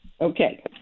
Okay